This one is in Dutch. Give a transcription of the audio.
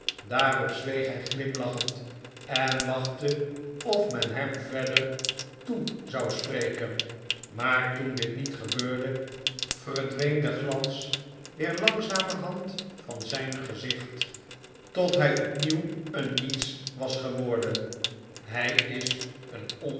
daarop zweeg hij glimlachend en wachtte of men hem verder toe zou spreken maar toen dit niet gebeurde verdween de glans weer langzamerhand van zijn gezicht tot hij opnieuw een niets was geworden hij is een